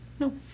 No